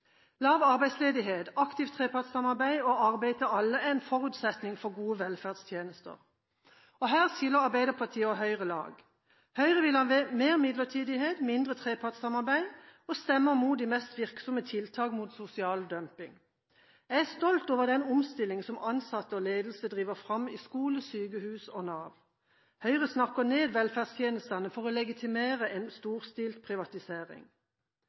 Lav arbeidsledighet, aktivt trepartssamarbeid og arbeid til alle er en forutsetning for gode velferdstjenester. Her skiller Arbeiderpartiet og Høyre lag. Høyre vil ha mer midlertidighet, mindre trepartssamarbeid og stemmer mot de mest virksomme tiltakene mot sosial dumping. Jeg er stolt over den omstillingen som ansatte og ledelse driver fram i skolen, på sykehus og i Nav. Høyre snakker ned velferdstjenestene for å legitimere en storstilt privatisering.